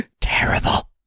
Terrible